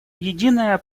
единая